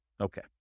Okay